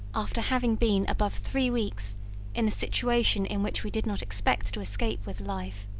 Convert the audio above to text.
after having been above three weeks in a situation in which we did not expect to escape with life.